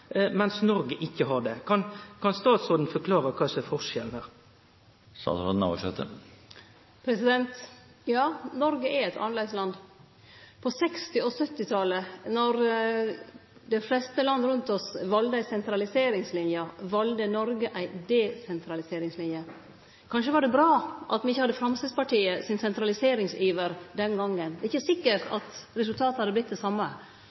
mens Noreg ikkje har det? Kan statsråden forklare kva som er forskjellen her? Ja, Noreg er eit annleis land. På 1960- og 1970-talet, då dei fleste landa rundt oss valde ei sentraliseringslinje, valde Noreg ei desentraliseringslinje. Kanskje var det bra at me ikkje hadde Framstegspartiets sentraliseringsiver den gongen. Det er ikkje sikkert at resultatet hadde vorte det same.